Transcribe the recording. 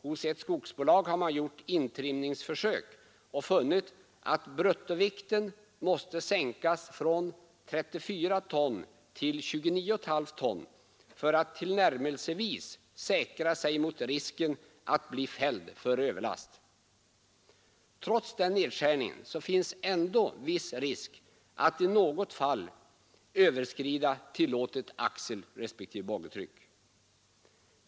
Hos ett skogsbolag har man gjort intrimningsförsök och funnit att bruttovikten måste sänkas från 34 ton till 29,5 ton för att man tillnärmelsevis skall säkra sig mot risken att bli fälld för överlast. Trots denna nedskärning finns ändå viss risk att i något fall överskrida tillåtet axelrespektive boggitryck.